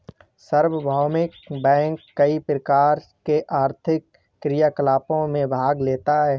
सार्वभौमिक बैंक कई प्रकार के आर्थिक क्रियाकलापों में भाग लेता है